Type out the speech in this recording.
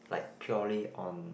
like purely on